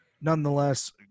nonetheless